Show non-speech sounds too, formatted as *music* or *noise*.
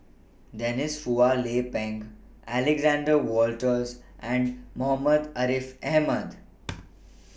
Denise Phua Lay Peng Alexander Wolters and Muhammad Ariff Ahmad *noise*